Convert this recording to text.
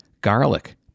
garlic